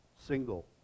single